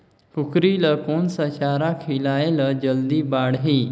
कूकरी ल कोन सा चारा खिलाय ल जल्दी बाड़ही?